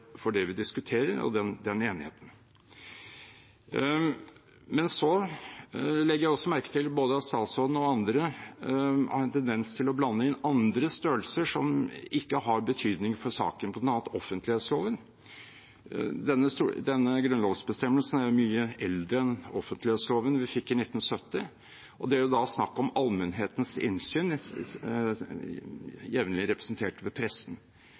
det vi diskuterer, og den enigheten. Men jeg legger også merke til at både statsråden og andre har en tendens til å blande inn andre størrelser som ikke har betydning for saken, bl.a. offentlighetsloven. Denne grunnlovsbestemmelsen er mye eldre enn offentlighetsloven vi fikk i 1970, og det er da snakk om allmennhetens innsyn, jevnlig representert ved pressen.